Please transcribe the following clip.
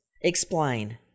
Explain